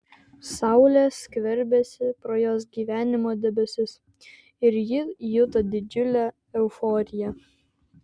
saulė skverbėsi pro jos gyvenimo debesis ir ji juto didžiulę euforiją